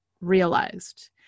realized